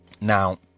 Now